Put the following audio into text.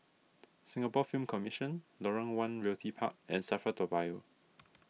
Singapore Film Commission Lorong one Realty Park and Safra Toa Payoh